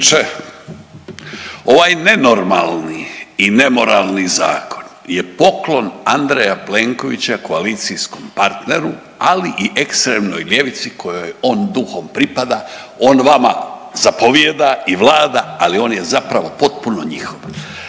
ovaj nenormalni i nemoralni zakon je poklon Andreja Plenkovića koalicijskom partneru ali i ekstremnoj ljevici kojoj on duhom pripada, on vama zapovijeda i vlada, ali on je zapravo potpuno njihov.